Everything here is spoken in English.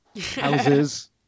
houses